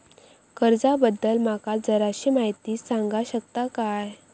कर्जा बद्दल माका जराशी माहिती सांगा शकता काय?